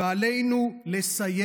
ועלינו לסיים